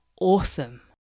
awesome